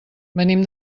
venim